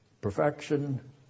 Perfection